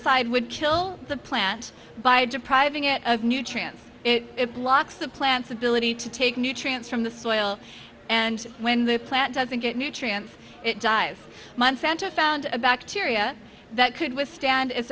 it would kill the plant by depriving it of nutrients it blocks the plants ability to take nutrients from the soil and when the plant doesn't get nutrients it jives month center found a bacteria that could withstand i